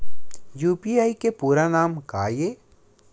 UPI के पूरा नाम का ये?